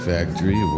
Factory